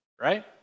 Right